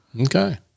Okay